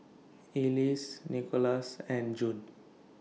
Elyse Nickolas and June